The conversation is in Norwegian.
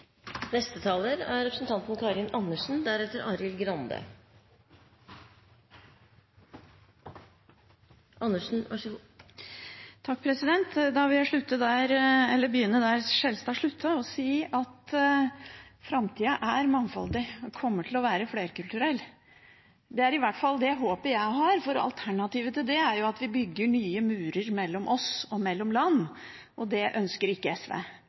Da vil jeg begynne der Skjelstad sluttet og si at framtida er mangfoldig og kommer til å være flerkulturell. Det er i hvert fall det håpet jeg har, for alternativet til det er at vi bygger nye murer mellom oss og mellom land, og det ønsker ikke SV.